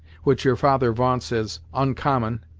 which your father va'nts as uncommon,